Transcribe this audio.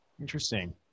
Interesting